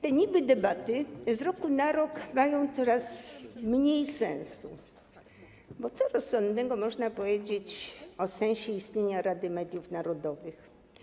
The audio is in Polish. Te niby debaty z roku na rok mają coraz mniej sensu, bo co rozsądnego można powiedzieć o sensie istnienia Rady Mediów Narodowych?